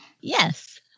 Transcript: Yes